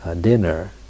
dinner